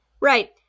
Right